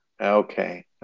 Okay